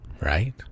Right